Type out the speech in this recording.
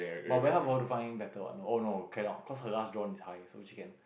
but very hard for her to find better what oh no cannot cause her last drawn is high so she can